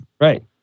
Right